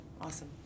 awesome